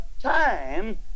time